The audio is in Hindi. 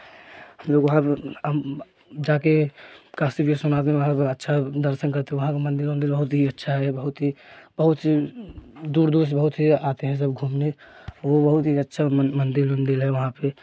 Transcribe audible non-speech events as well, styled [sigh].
हम लोग वहाँ जाकर काशी विश्वनाथ में [unintelligible] अच्छा दर्शन करके वहाँ के मंदिर उंदिर बहुत ही अच्छा है बहुत ही बहुत सी दूर दूर से बहुत ही आते हैं सब घूमने वह बहुत ही अच्छा मन मंदिर उंदिर वहाँ पर